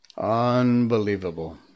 Unbelievable